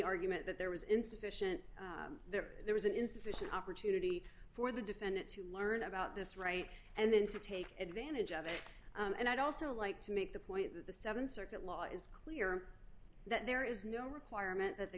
argument that there was insufficient there there was an insufficient opportunity for the defendant to learn about this right and then to take advantage of it and i'd also like to make the point that the th circuit law is clear that there is no requirement that the